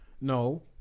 no